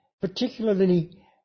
particularly